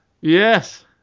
Yes